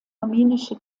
armenische